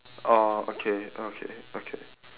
orh okay okay okay